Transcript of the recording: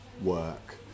work